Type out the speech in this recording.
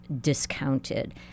discounted